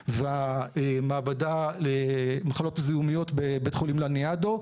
והמעבדה למחלות זיהומיות בבית חולים לניאדו,